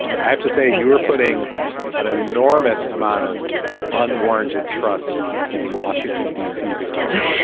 i have to say, and you were putting an enormous amount of unwarranted trust in the washington, d c. bureaucracy